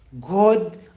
God